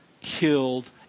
killed